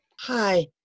Hi